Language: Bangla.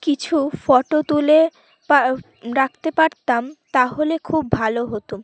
কিছু ফটো তুলে রাখতে পারতাম তাহলে খুব ভালো হতো